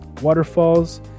waterfalls